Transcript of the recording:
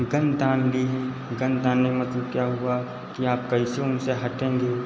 gun तान ली हैं गन तानने का मतलब क्या हुआ कि आप कैसे उनसे हटेंगे